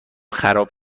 خراب